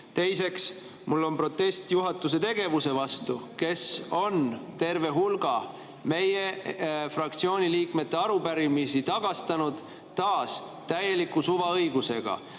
Teiseks, mul on protest juhatuse tegevuse vastu, kes on terve hulga meie fraktsiooni liikmete arupärimisi tagastanud, taas täieliku suvaõigusega.